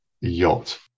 yacht